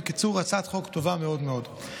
בקיצור, הצעת חוק טובה מאוד מאוד.